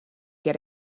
get